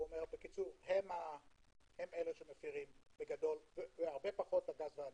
הם אלה שמפרים בגדול, והרבה פחות הגז והנפט.